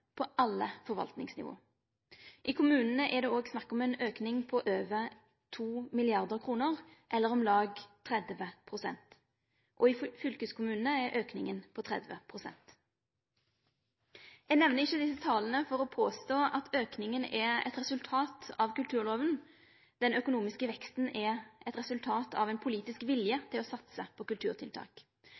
på alle forvaltingsnivå. I kommunane er det snakk om ein auke på over 2 mrd. kr, eller om lag 30 pst. og i fylkeskommunane er auken på 30 pst. Eg nemner ikkje desse tala for å påstå at auken er eit resultat av kulturloven – den økonomiske veksten er eit resultat av ein politisk vilje til å satse på kulturtiltak.